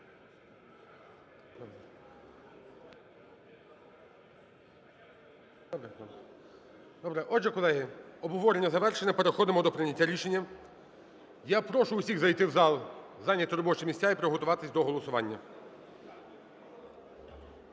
Добре. Отже, колеги, обговорення завершене. Переходимо до прийняття рішення. Я прошу усіх зайти в зал, зайняти робочі місця і приготуватись до голосування.